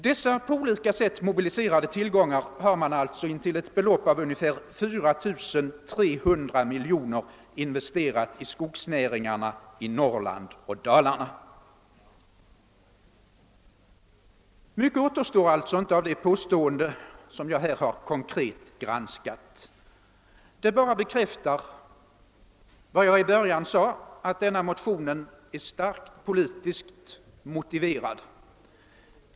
Dessa på olika sätt mobiliserade tillgångar har man alltså intill ett belopp av ungefär 4300 miljoner investerat i skogsnäringen i Norrland och Dalarna. Mycket återstår verkligen inte av det påstående i motionen som jag här har konkret granskat. Detta bekräftar vad jag sade i början, att motionen är starkt politiskt upplagd.